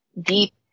deep